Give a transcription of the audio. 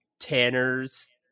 tanner's